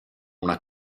una